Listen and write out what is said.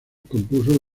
compuso